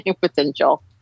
potential